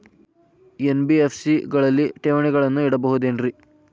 NBFC ಗಳಲ್ಲಿ ಠೇವಣಿಗಳನ್ನು ಇಡಬಹುದೇನ್ರಿ?